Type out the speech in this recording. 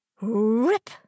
RIP